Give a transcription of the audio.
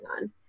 on